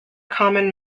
common